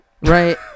right